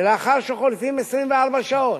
לאחר שחולפות 24 שעות,